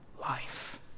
life